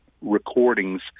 recordings